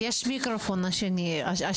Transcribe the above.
אני.